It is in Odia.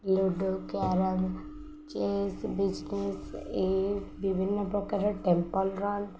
ଲୁଡ଼ୁ କ୍ୟାରମ୍ ଚେସ୍ ବିଜ୍ନେସ୍ ଏ ବିଭିନ୍ନପ୍ରକାରର ଟେମ୍ପଲ୍ ରନ୍